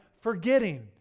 forgetting